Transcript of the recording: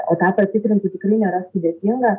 o tą patikrinti tikrai nėra sudėtinga